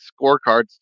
scorecards